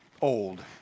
old